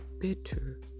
bitter